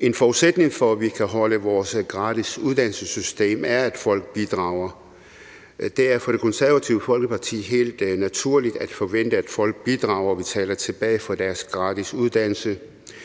En forudsætning for, at vi kan beholde vores gratis uddannelsessystem, er, at folk bidrager. Det er for Det Konservative Folkeparti helt naturligt at forvente, at folk bidrager og betaler tilbage for deres gratis uddannelse,